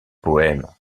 poèmes